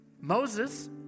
Moses